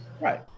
Right